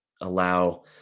allow